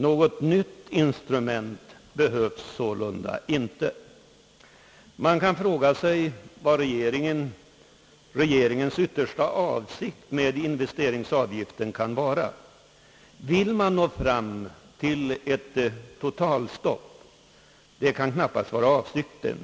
Något nytt instrument behövs sålunda inte. Man kan fråga sig vad regeringens yttersta avsikt med investeringsavgiften kan vara. Vill man nå fram till ett totalstopp? Det kan knappast vara avsikten,